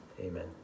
Amen